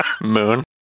moon